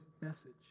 message